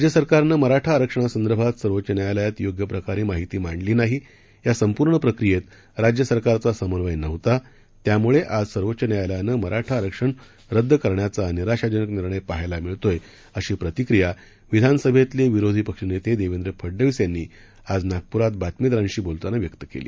राज्य सरकारनं मराठा आरक्षणासंदर्भात सर्वोच्च न्यायालयात योग्य प्रकारे माहिती मांडली नाही या संपूर्ण प्रक्रियेत राज्य सरकारचा समन्वय नव्हता त्यामुळे आज सर्वोच्च न्यायालयानं मराठा आरक्षण रद्द करण्याचा निराशाजनक निर्णय पाहायला मिळत आहे अशी प्रतिक्रिया विधानसभेतले विरोधी पक्षनेते देवेंद्र फडनवीस यांनी आज नागपुरात बातमीदारांशी बोलतांना व्यक्त केली